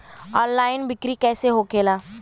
Online बिक्री कैसे होखेला?